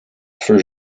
for